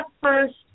first